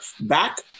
back